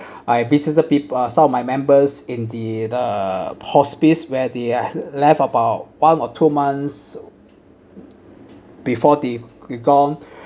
I visited peo~ uh some of my members in the the hospice where they are left about one or two months before the~ they gone